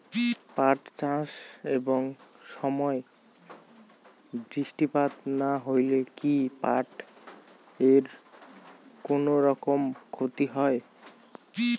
পাট চাষ এর সময় বৃষ্টিপাত না হইলে কি পাট এর কুনোরকম ক্ষতি হয়?